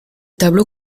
tableau